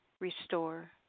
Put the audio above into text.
restore